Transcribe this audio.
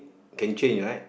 can change right